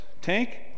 tank